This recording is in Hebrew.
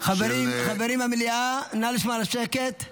--- חברים במליאה, נא לשמור על השקט.